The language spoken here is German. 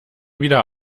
wieder